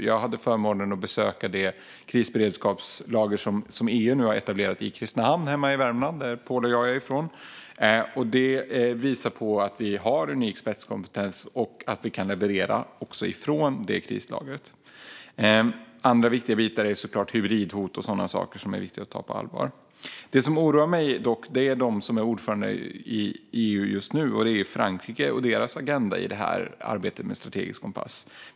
Jag hade förmånen att besöka det krisberedskapslager som EU har etablerat i Kristinehamn hemma i Värmland, som jag och Pål är ifrån. Det visar att vi har unik spetskompetens och att vi kan leverera från det krislagret. Annat är förstås hybridhot med mera som är viktigt att ta på allvar. Just nu är Frankrike ordförandeland i EU, och deras agenda i arbetet med den strategiska kompassen oroar mig.